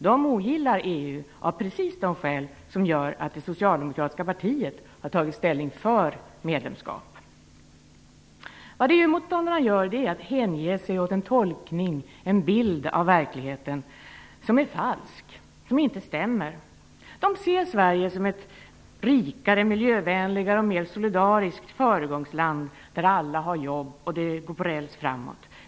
De ogillar EU av precis de skäl som gör att det socialdemokratiska partiet har tagit ställning för medlemskap. EU-motståndarna hänger sig åt en tolkning, bild, av verkligheten som är falsk. De ser Sverige som ett rikare, miljövänligare och mer solidariskt föregångsland där alla har jobb och allt går på räls framåt.